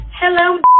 Hello